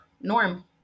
Norm